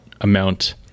amount